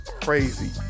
crazy